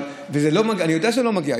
אני יודע שזה לא מגיע.